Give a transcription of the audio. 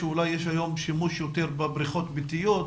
שאולי יש היום שימוש יותר בבריכות ביתיות,